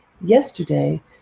yesterday